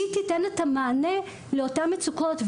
היא תיתן את המענה לאותן מצוקות.